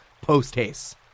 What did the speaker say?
post-haste